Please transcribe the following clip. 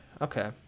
Okay